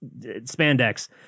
spandex